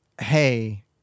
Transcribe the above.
hey